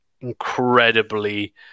incredibly